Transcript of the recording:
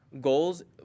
goals